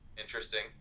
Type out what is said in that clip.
interesting